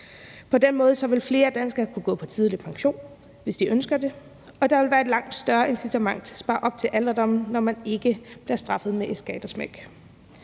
På den måde vil flere danskere kunne gå på tidlig pension, hvis de ønsker det, og der vil være et langt større incitament til at spare op til alderdommen, når man ikke bliver straffet med et skattesmæk.